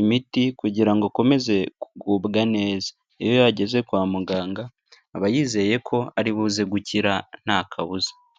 imiti kugira ngo akomeze kugubwa neza. Iyo yageze kwa muganga aba yizeye ko ari buze gukira, nta kabuza.